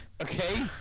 Okay